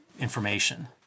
information